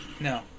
No